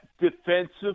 defensive